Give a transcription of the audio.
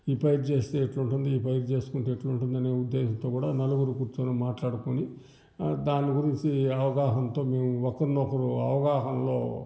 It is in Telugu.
ఈ పైరు చేస్తే ఇట్లుంటుంది ఈ పైరు చేసుకుంటే ఇట్లుంటుంది అనే ఉద్దేశ్యంతో కూడా నలుగురు కూర్చోని మాట్లాడుకొని దాని గురించి అవగాహనతో మేము ఒకరినొకరు అవగాహనలో